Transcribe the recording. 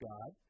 God